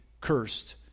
cursed